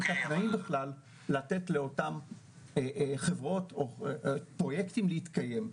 כדי לתת לאותם פרויקטים להתקיים.